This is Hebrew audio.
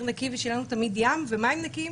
נקי ושיהיה לנו תמיד ים ומים נקיים,